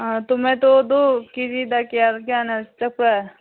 ꯑꯥ ꯇꯣꯃꯦꯇꯣꯗꯣ ꯀꯦꯖꯤꯗ ꯀꯌꯥ ꯀꯌꯥꯅ ꯆꯠꯄ꯭ꯔ